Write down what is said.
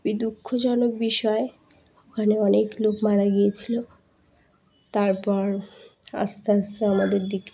খুবই দুঃখজনক বিষয় ওখানে অনেক লোক মারা গিয়েছিলো তারপর আস্তে আস্তে আমাদের দিকে